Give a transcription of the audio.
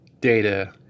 data